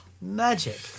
magic